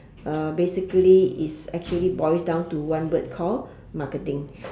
uh basically it's actually boils down to one word call marketing